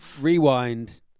Rewind